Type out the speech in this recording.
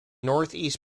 northeast